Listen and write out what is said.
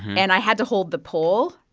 and i had to hold the pole,